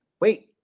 wait